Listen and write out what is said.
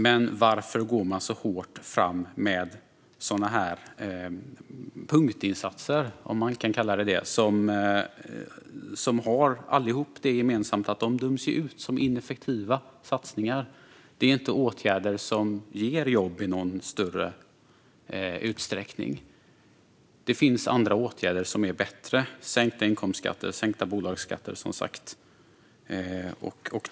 Men varför går man så hårt fram med sådana här punktinsatser - om man kan kalla dem för det - som allihop har det gemensamt att de döms ut som ineffektiva satsningar? Det är ju inte åtgärder som ger jobb i någon större utsträckning. Det finns andra åtgärder som är bättre, som sänkta inkomstskatter och sänkta bolagsskatter.